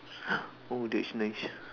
oh that's nice